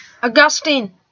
Augustine